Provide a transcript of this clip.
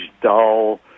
dull